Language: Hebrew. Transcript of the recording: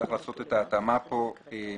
פיקדון ואשראי,